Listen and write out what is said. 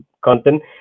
content